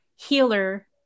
healer